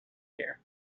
care